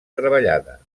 treballada